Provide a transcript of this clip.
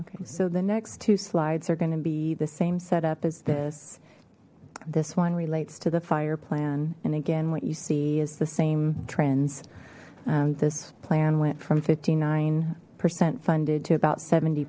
okay so the next two slides are going to be the same setup as this this one relates to the fire plan and again what you see is the same trends this plan went from fifty nine percent funded to about seventy